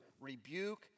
rebuke